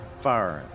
firing